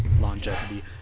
longevity